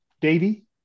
davy